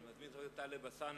אני מזמין את חבר הכנסת טלב אלסאנע